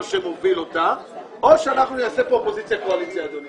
שמוביל אותה או שאנחנו נעשה פה קואליציה-אופוזיציה אדוני.